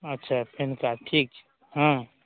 अच्छा PAN card ठीक छै हँ